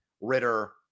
Ritter